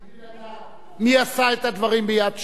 בלי לדעת מי עשה את הדברים ב"יד ושם",